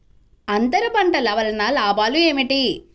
అంతర పంటల వలన లాభాలు ఏమిటి?